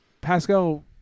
Pascal